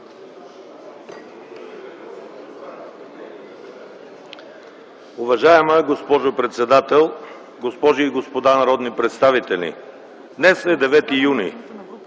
Уважаема госпожо председател, госпожи и господа народни представители! Днес е 9 юни.